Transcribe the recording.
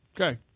Okay